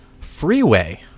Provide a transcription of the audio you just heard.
Freeway